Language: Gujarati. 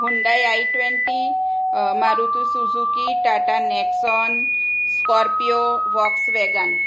Hyundai i twenty Maruti Suzuki Tata Nexon Scorpio વૉકસ vegan